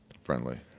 Friendly